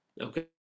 okay